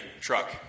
truck